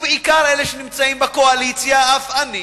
ובעיקר אלה שנמצאים בקואליציה, אף אני,